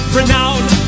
renowned